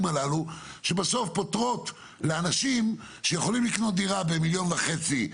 הללו שבסוף פותרים לאנשים שיכולים לקנות דירה ב-1.5 מיליון